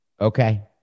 Okay